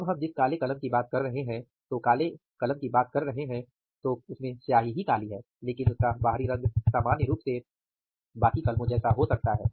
अब हम जिस काले कलम की बात कर रहे हैं तो काले का मतलब है कि केवल स्याही ही काली है लेकिन उसका बाहरी रंग सामान्य रूप से बाकि कलमो जैसा हो सकता है